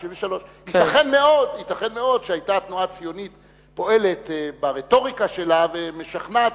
1933. ייתכן מאוד שהיתה התנועה הציונית פועלת ברטוריקה שלה ומשכנעת